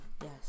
Yes